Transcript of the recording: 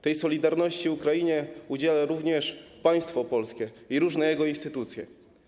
Tę solidarność Ukrainie okazuje również państwo polskie i różne jego instytucje.